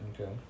Okay